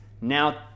Now